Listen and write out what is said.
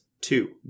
Two